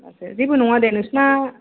जेबो नङा दे नोंसिना